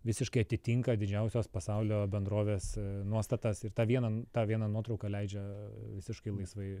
visiškai atitinka didžiausios pasaulio bendrovės nuostatas ir tą vieną tą vieną nuotrauką leidžia visiškai laisvai